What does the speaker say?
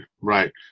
right